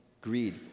greed